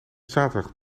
zaterdag